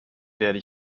werde